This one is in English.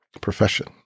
profession